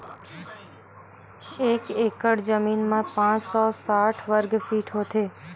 एक एकड़ जमीन मा पांच सौ साठ वर्ग फीट होथे